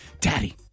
Daddy